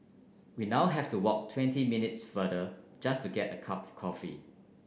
we now have to walk twenty minutes farther just to get a cup of coffee